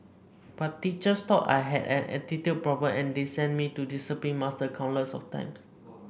but teachers thought I had an attitude problem and they sent me to the discipline master countless times